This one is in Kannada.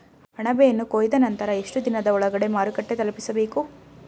ಅಣಬೆಯನ್ನು ಕೊಯ್ದ ನಂತರ ಎಷ್ಟುದಿನದ ಒಳಗಡೆ ಮಾರುಕಟ್ಟೆ ತಲುಪಿಸಬೇಕು?